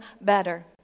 better